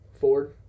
Ford